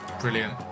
brilliant